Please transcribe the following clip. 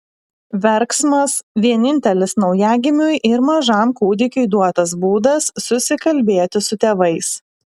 verksmas vienintelis naujagimiui ir mažam kūdikiui duotas būdas susikalbėti su tėvais